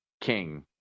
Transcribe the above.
King